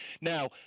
Now